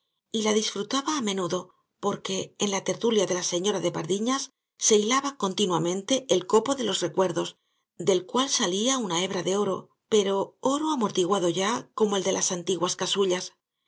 y la disfrutaba á menudo porque en la tertulia de la señora de pardiñas se hilaba continuamente el copo de los recuerdos del cual salía una hebra de oro pero oro amortiguado ya como el de las antiguas casullas